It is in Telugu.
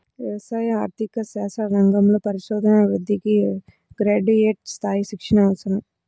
వ్యవసాయ ఆర్థిక శాస్త్ర రంగంలో పరిశోధనా వృత్తికి గ్రాడ్యుయేట్ స్థాయి శిక్షణ అవసరం